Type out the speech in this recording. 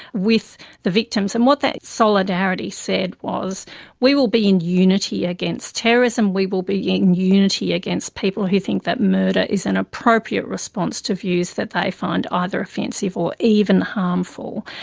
with the victims. and what that solidarity said was we will be in unity against terrorism, we will be in unity against people who think that murder is an appropriate response to views that they find ah either offensive or even harmful.